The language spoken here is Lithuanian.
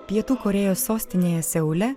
pietų korėjos sostinėje seule